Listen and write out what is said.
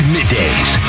Middays